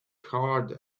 hard